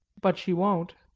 but she won't.